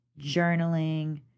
journaling